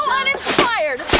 uninspired